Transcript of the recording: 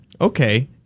Okay